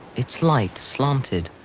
its light slanted,